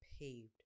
paved